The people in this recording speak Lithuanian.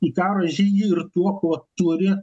į karo žygį ir tuo kuo turi